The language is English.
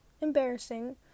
embarrassing